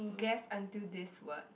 guess until this what